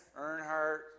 Earnhardt